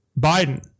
Biden